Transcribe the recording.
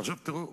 עכשיו תראו,